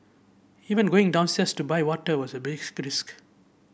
even going downstairs to buy water was a risk